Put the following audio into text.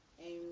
amen